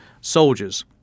soldiers